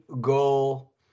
goal